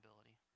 ability